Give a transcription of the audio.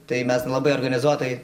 tai mes labai organizuotai